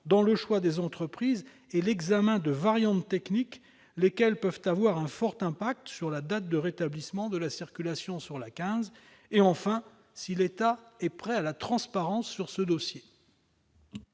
dans le choix des entreprises et l'examen de variantes techniques, lesquelles peuvent avoir une forte influence sur la date de rétablissement de la circulation sur l'A15 ; enfin, si l'État est prêt à assurer la transparence sur ce dossier.